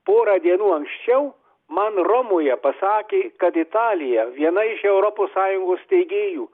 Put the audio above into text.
porą dienų anksčiau man romoje pasakė kad italija viena iš europos sąjungos steigėjų